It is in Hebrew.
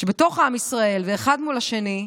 שבתוך עם ישראל ואחד מול השני,